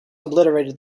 obliterated